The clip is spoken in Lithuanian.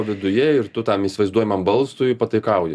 viduje ir tu tam įsivaizduojamam balsui pataikauji